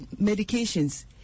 medications